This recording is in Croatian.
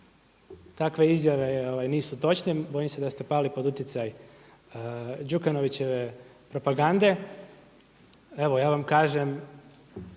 takve izjave nisu točne. Bojim se da ste pali pod utjecaj Đukanovićeve propagande. Evo ja vam kažem